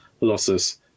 losses